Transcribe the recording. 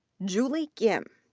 julie kim.